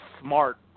smart